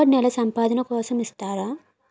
Credit card నెల సంపాదన కోసం ఇస్తారా?